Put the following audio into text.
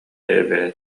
эбээт